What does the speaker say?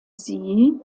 sie